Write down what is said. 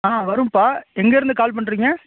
ஆ வரும்ப்பா எங்கேருந்து கால் பண்ணுறீங்க